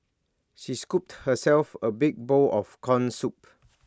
she scooped herself A big bowl of Corn Soup